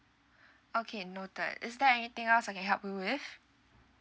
okay noted is there anything else I can help you with